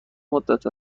مدت